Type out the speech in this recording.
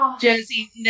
jersey